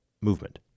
movement